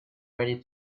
ready